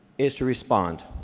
is to respond.